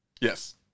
Yes